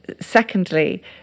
secondly